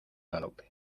galope